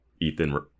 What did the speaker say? Ethan